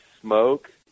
smoke